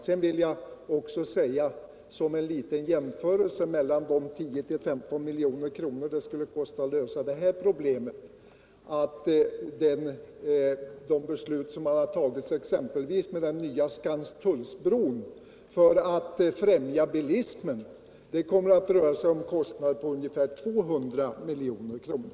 Sedan vill jag också som en liten jämförelse med de 10-15 miljoner som det skulle kosta att lösa det här problemet påpeka att de beslut som tagits exempelvis om den nya Skanstullsbron för att främja bilismen kommer att innebära kostnader på i runt tal 200 milj.kr.